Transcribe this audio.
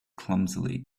clumsily